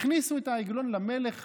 הכניסו את העגלון למלך